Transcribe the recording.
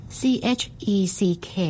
check